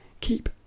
keep